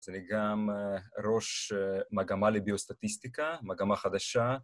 אז אני גם ראש מגמה לביוסטטיסטיקה, מגמה חדשה.